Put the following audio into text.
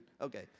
Okay